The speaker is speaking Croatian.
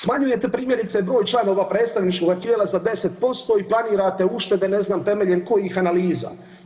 Smanjujete primjerice broj članova predstavničkoga tijela sa 10% i planirate uštede ne znam temeljem kojih analiza.